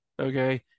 Okay